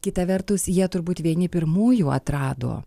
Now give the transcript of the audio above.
kita vertus jie turbūt vieni pirmųjų atrado